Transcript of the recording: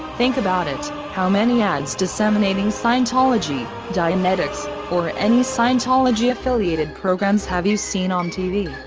think about it, how many ads disseminating scientology, dianetics, or any scientology affiliated programs have you seen on tv?